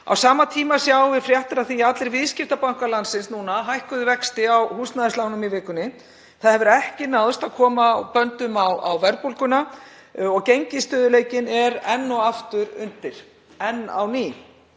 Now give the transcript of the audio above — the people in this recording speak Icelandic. Á sama tíma fáum við fréttir af því að allir viðskiptabankar landsins hafi hækkað vexti á húsnæðislánum í vikunni. Það hefur ekki náðst að koma böndum á verðbólguna og gengisstöðugleikinn er enn og aftur undir. Við í